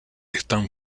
están